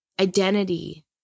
identity